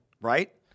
Right